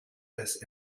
this